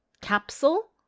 capsule